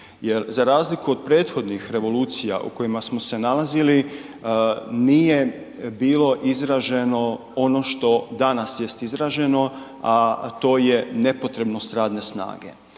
jer za razliku od prethodnih revolucija u kojima smo se nalazili nije bilo izraženo ono što danas jest izraženo, a to je nepotrebnost radne snage.